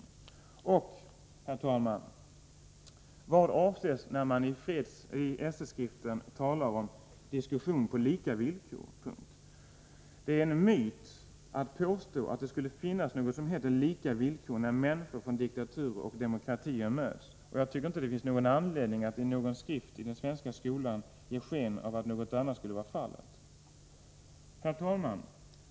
Vad avses vidare när man i SÖ-skriften talar om ”diskussion på lika villkor”. Det är en myt att påstå att det skulle råda lika villkor när människor från diktaturer och demokratier möts. Jag tycker inte heller att det finns anledning att i någon skrift i den svenska skolan ge sken av att något annat skulle vara fallet. Herr talman!